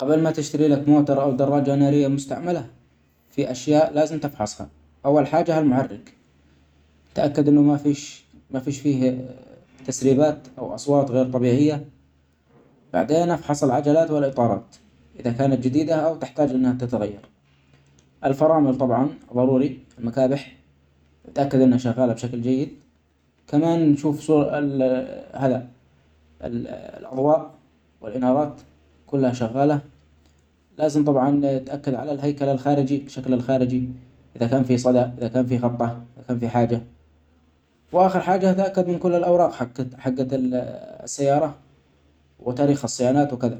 قبل ما تشتريلك موتر أو دراجه نارية مستعملة ،في أشياء لازم تفحصها .أول حاجة المحرك تأكد أنه مافيش-مافيش فيه تسريبات أو أصوات غير طبيعية ،بعدين أفحص العجلات والإطارات إذا كانت جديدة أو تحتاج إنها تتغير. الفرامل طبعا ظروري. المكابح تأكد أنها شغالة بشكل جيد. كمان شوف الأضواء والإنارات كلها شغالة ،لازم طبعا تأكد علي الهيكل الخارجي الشكل الخارجي إذا كان فيه صدي إذا كان فيه خبطه إذا كان فيه حاجة، وآخر حاجة تأكد من كل الاوراق حقج- حجة السيارة وتاريخ الصيانات وكذا.